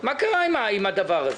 מה קרה עם הדבר הזה.